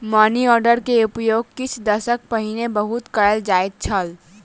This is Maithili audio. मनी आर्डर के उपयोग किछ दशक पहिने बहुत कयल जाइत छल